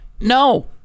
No